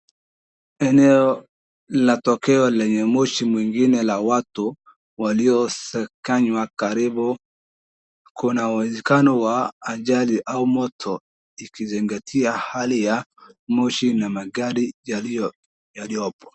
Eneo la tokeo lenye moshi mwingine la watu waliosakanywa karibu kuna uwezekano wa ajali au moto ikizingatia hali ya moshi na magari yaliyopo.